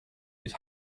his